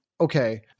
okay